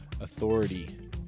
authority